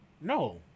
No